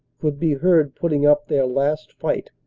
could be heard putting up their last fight.